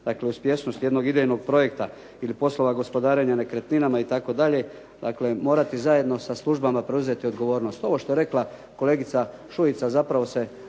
uspješnosti jednog idejnog projekta ili poslova gospodarenja nekretninama itd. morati zajedno sa službama preuzeti odgovornost. Ovo što je rekla kolegica Šuica zapravo se